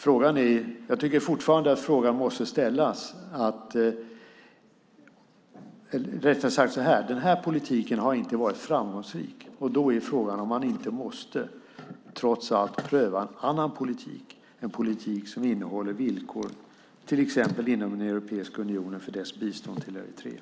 Frågan måste dock fortfarande ställas. Nuvarande politik har inte varit framgångsrik. Måste man då inte trots allt pröva en annan politik, en politik som innehåller villkor för till exempel Europeiska unionens bistånd till Eritrea?